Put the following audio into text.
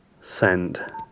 send